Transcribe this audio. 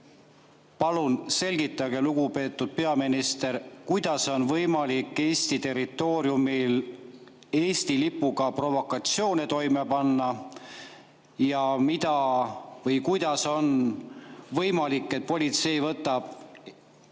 Palun selgitage, lugupeetud peaminister, kuidas on võimalik Eesti territooriumil Eesti lipuga provokatsioone toime panna ja kuidas on võimalik, et politsei võtab